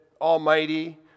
almighty